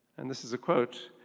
and this is a quote,